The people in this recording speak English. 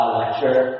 lecture